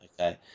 Okay